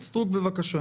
סליחה.